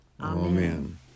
Amen